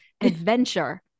adventure